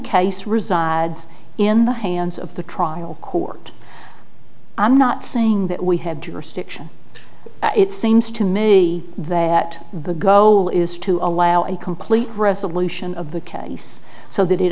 case resides in the hands of the trial court i'm not saying that we have jurisdiction it seems to me that the go is to allow a complete resolution of the case so that it